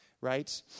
right